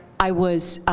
i was